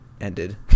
ended